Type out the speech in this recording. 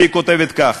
והיא כותבת כך: